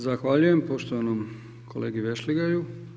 Zahvaljujem poštovanom kolegi Vešligaju.